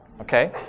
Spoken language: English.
okay